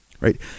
right